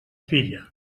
filla